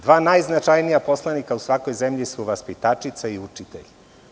Dva najznačajnija poslanika u svakoj zemlji su vaspitačica i učitelj.